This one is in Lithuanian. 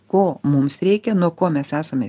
ko mums reikia nuo ko mes esame